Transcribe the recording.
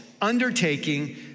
undertaking